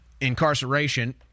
incarceration